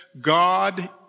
God